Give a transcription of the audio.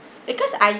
because I